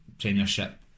Premiership